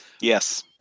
Yes